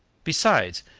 besides,